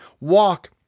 walk